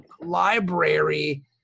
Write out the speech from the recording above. library